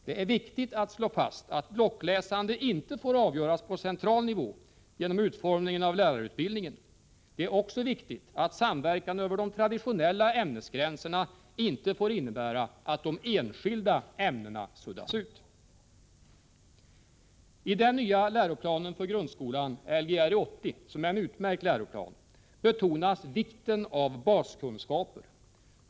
Det är viktigt att slå fast att blockläsande inte får avgöras på central nivå genom utformningen av lärarutbildningen. Det är också viktigt att samverkan över de traditionella ämnesgränserna inte får innebära att de enskilda ämnena suddas ut. I den nya läroplanen för grundskolan , som är en utmärkt läroplan, betonas vikten av baskunskaper.